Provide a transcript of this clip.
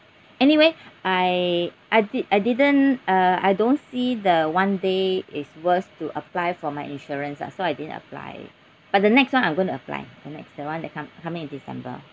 anyway I I did I didn't uh I don't see the one day is worse to apply for my insurance ah so I didn't apply but the next one I'm going to apply the next the one that come coming in december